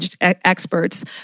experts